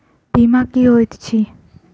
बीमा की होइत छी?